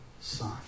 Son